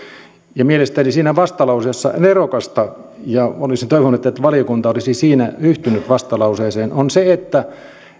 ja mielestäni siinä vastalauseessa nerokasta ja olisin toivonut että valiokunta olisi siinä yhtynyt vastalauseeseen on se että